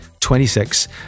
26